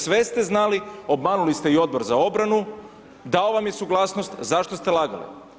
Sve ste znali, obmanuli ste i Odbor za obranu, dao vam je suglasnost, zašto ste lagali?